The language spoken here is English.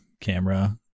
camera